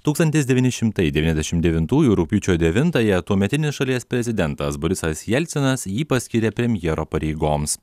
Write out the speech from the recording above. tūkstantis devyni šimtai devniasdešimt devintųjų rugpjūčio devintąją tuometinis šalies prezidentas borisas jelcinas jį paskyrė premjero pareigoms